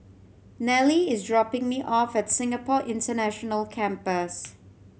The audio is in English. Nelie is dropping me off at Singapore International Campus